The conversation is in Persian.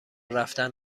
رفتن